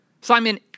Simon